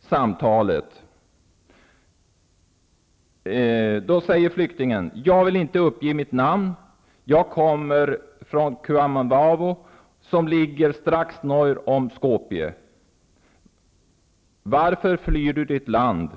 samtal med en flykting. -- Jag vill inte uppge mitt namn. Jag kommer från -- Varför flyr du ditt land?